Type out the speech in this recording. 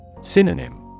Synonym